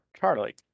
Charlie